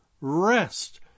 rest